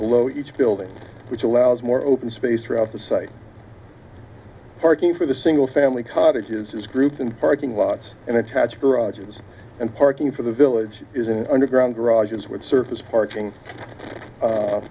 below each building which allows more open space throughout the site parking for the single family cottages is groups and parking lots and attached garages and parking for the village is an underground garage is with surface parking